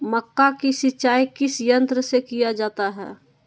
मक्का की सिंचाई किस यंत्र से किया जाता है?